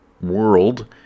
world